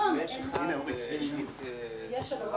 המוקד של נושא העסקים הקטנים במשבר הזה מצוי רובו ככולו